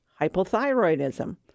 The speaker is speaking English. hypothyroidism